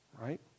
right